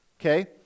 Okay